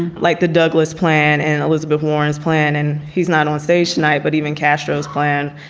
like the douglass plan and elizabeth warren's plan. and he's not on stage tonight. but even castro's plan.